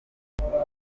ubutaha